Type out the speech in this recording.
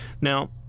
Now